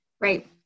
Right